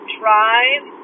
drive